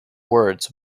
words